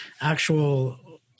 actual